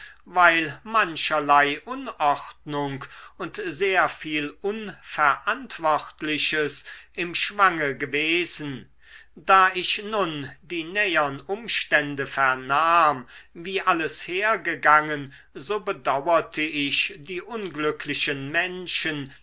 weil mancherlei unordnung und sehr viel unverantwortliches im schwange gewesen da ich nun die nähern umstände vernahm wie alles hergegangen so bedauerte ich die unglücklichen menschen